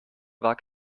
war